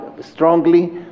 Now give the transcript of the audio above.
strongly